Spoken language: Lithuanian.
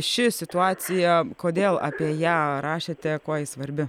ši situacija kodėl apie ją rašėte kuo ji svarbi